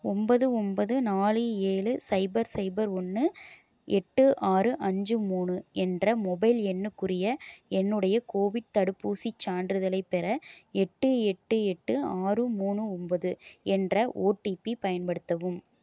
ஒன்பது ஒன்பது நாலு ஏழு சைபர் சைபர் ஒன்று எட்டு ஆறு அஞ்சு மூணு என்ற மொபைல் எண்ணுக்குரிய என்னுடைய கோவிட் தடுப்பூசிச் சான்றிதழைப் பெற எட்டு எட்டு எட்டு ஆறு மூணு ஒன்பது என்ற ஓடிபி பயன்படுத்தவும்